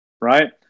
right